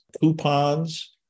coupons